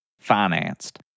financed